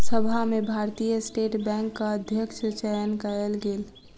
सभा में भारतीय स्टेट बैंकक अध्यक्षक चयन कयल गेल